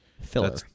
Filler